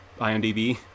IMDb